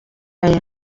aya